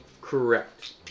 Correct